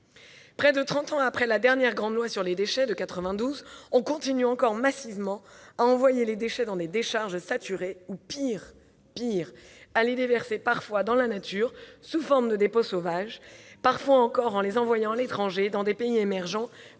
Près de trente ans après la dernière grande loi sur les déchets de 1992, on continue encore massivement à envoyer les déchets dans des décharges saturées ou, pire, à les déverser parfois dans la nature, sous forme de dépôts sauvages, voire à les envoyer à l'étranger, dans des pays émergents,